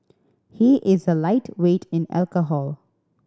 he is a lightweight in alcohol